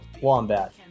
wombat